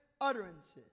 utterances